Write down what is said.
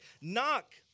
Knock